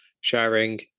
sharing